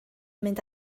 mynd